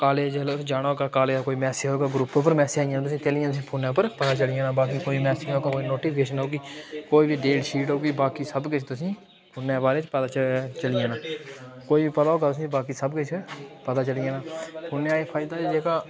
college च जिसलै तुसें जाना होग तां कालेज दा कोई मैसज औग ग्रुप उप्पर मैसज आई जाना तुसें ई फोनै पर पता चली जाना बाकी कोई मैसज औग कोई नोटिफिकेशन औह्गी कोई बी डेट शीट औह्गी बाकी सब किश तुसें ई फोनै दे बारे च पता चली जाना कोई पता होगा तुसें ई बाकी सब किश पता चली जाना फोनै दा एह् फायदा कि जेह्का